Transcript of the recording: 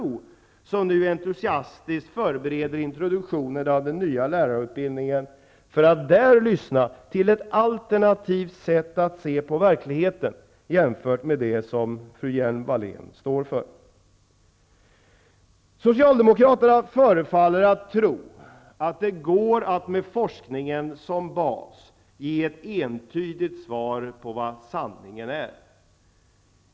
Där förbereder man nu entusiastiskt introduktionen av den nya lärarutbildningen, för att på ett alternativt sätt kunna lyssna till och se på verkligheten. Jämför detta med det som Lena Hjelm-Wallén står för. Socialdemokraterna förefaller att tro att det med forskning som bas går att ge ett entydigt svar på vad sanning är.